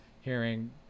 hearing